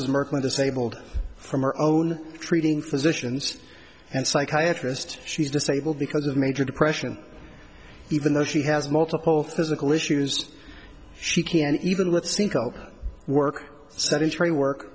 is murky disabled from her own treating physicians and psychiatrist she's disabled because of major depression even though she has multiple physical issues she can't even with sinco work